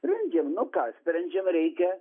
sprendžiam nu ką sprendžiam reikia